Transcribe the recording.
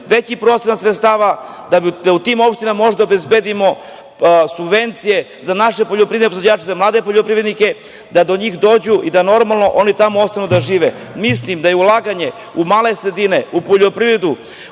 veći procenat sredstava, da u tima opštinama možemo da obezbedimo subvencije za naše poljoprivredne proizvođače, za naše poljoprivrednike, da do njih dođu i da normalno oni tamo ostanu da žive. Mislim da je ulaganje u male sredine, u poljoprivredu,